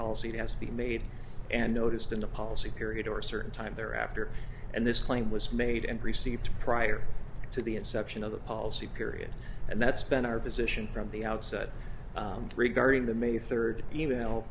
policy has been made and noticed in the policy period or a certain time thereafter and this claim was made and received prior to the inception of the policy period and that's been our position from the outset regarding the may third e mail